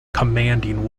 commanding